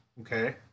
okay